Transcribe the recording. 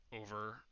over